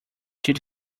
did